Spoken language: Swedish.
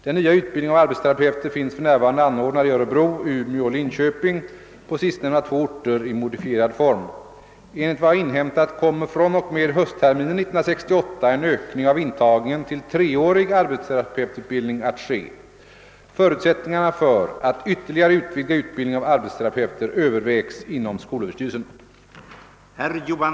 Den nya utbildningen av arbetsterapeuter finns för närvarande anordnad i Örebro, Umeå och Linköping — på sistnämnda två orter i modifierad form. Enligt vad jag har inhämtat kommer från och med höstterminen 1968 en ökning av intagningen till treårig arbetsterapeututbildning att ske. Förutsättningarna för att ytterligare utvidga utbildningen av arbetsterapeuter övervägs inom skolöverstyrelsen.